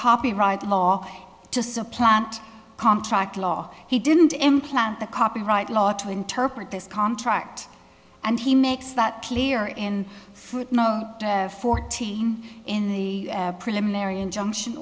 copyright law to supplant contract law he didn't implant the copyright law to interpret this contract and he makes that clear in fruit no fourteen in the preliminary injunction